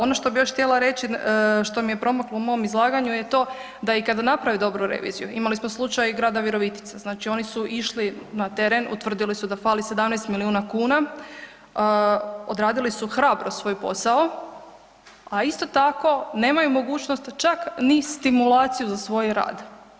Ono što bi još htjela reći što mi je promaklo u mom izlaganju je to da i kad naprave dobro reviziju, imali smo slučaj grada Virovitice, znači oni su išli na teren, utvrdili su da fali 17 milijuna kuna, odradili su hrabro svoj posao a isto tako nemaju mogućnost čak ni stimulaciju za svoj rad.